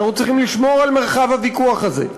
אנחנו צריכים לשמור על מרחב הוויכוח הזה.